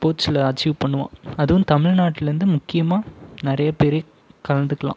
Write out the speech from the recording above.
ஸ்போர்ட்ஸில் அச்சீவ் பண்ணுவான் அதுவும் தமிழ்நாட்லேருந்து முக்கியமாக நிறையப்பேர் கலந்துக்கலாம்